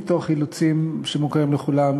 מתוך אילוצים שמוכרים לכולנו,